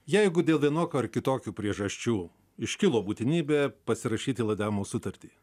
jeigu dėl vienokių ar kitokių priežasčių iškilo būtinybė pasirašyti laidavimo sutartį